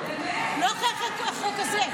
לא אחרי החוק הזה.